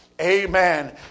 amen